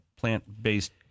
plant-based